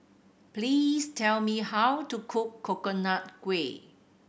please tell me how to cook Coconut Kuih